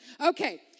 Okay